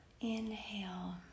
inhale